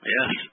Yes